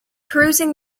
perusing